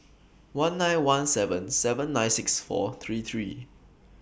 one nine one seven seven nine six four three three